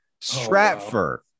Stratford